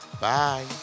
Bye